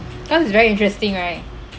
cause it's very interesting right